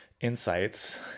insights